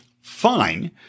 Fine